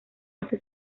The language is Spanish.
hace